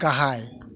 गाहाय